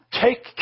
Take